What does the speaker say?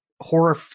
horror –